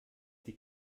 die